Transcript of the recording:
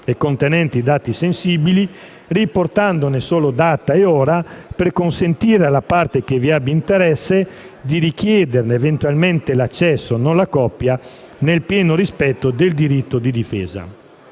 e contenenti dati sensibili, riportandone solo data e ora, per consentire alla parte che vi abbia interesse di richiederne eventualmente l'accesso e non la copia, nel pieno rispetto del diritto di difesa.